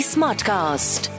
Smartcast